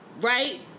right